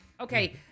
Okay